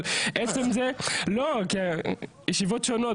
כי הישיבות שונות,